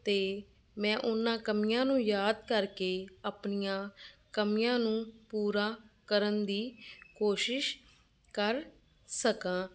ਤਾਂ ਮੈਂ ਉਹਨਾਂ ਕਮੀਆਂ ਨੂੰ ਯਾਦ ਕਰਕੇ ਆਪਣੀਆਂ ਕਮੀਆਂ ਨੂੰ ਪੂਰਾ ਕਰਨ ਦੀ ਕੋਸ਼ਿਸ਼ ਕਰ ਸਕਾਂ